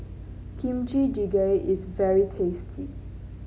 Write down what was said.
Kimchi Jjigae is very tasty